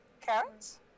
Carrots